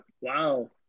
Wow